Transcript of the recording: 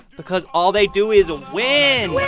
because all they do is win win,